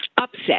upset